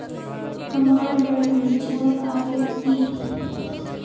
हमार लोन भेजुआ तारीख की?